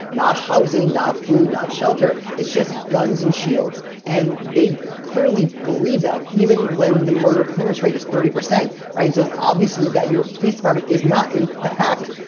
not housing, not food, not shelter. it's just guns and shields. and they clearly believe that even when the murder clearance rate is thirty percent, ryan says obviously that your police department is not, in fact,